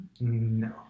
No